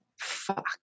fuck